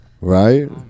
right